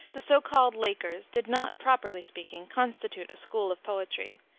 the so-called lakers did not, properly speaking, constitute a school of poetry.